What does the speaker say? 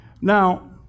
Now